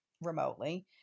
remotely